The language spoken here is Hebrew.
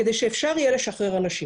כדי שאפשר יהיה לשחרר אנשים.